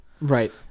Right